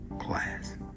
class